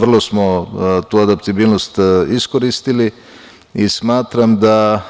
Vrlo smo tu adaptibilnost iskoristili i smatram da